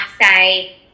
say